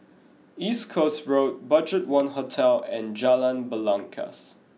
East Coast Road Budget One Hotel and Jalan Belangkas